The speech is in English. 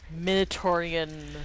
minotaurian